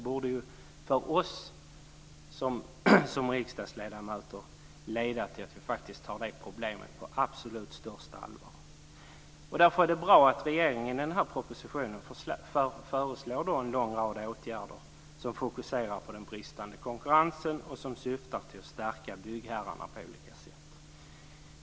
Vad gäller oss riksdagsledamöter borde detta leda till att vi tar problemet på absolut största allvar. Därför är det bra att regeringen i den här propositionen föreslår en lång rad åtgärder som fokuserar på den bristande konkurrensen och som syftar till att stärka byggherrarna på olika sätt.